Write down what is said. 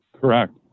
Correct